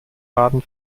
baden